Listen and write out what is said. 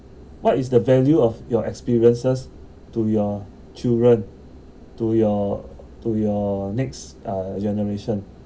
what is the value of your experiences to your children to your to your next uh generation